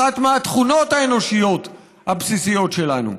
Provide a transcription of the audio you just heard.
אחת התכונות האנושיות הבסיסיות שלנו.